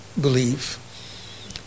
believe